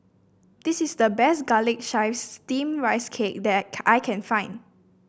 this is the best Garlic Chives Steamed Rice Cake that I can find